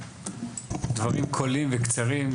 דברים קולעים וקצרים,